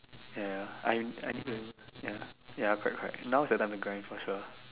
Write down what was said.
ya I'm anyway ya ya correct correct now is the time to grind for sure